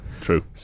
True